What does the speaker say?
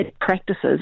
practices